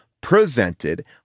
presented